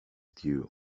due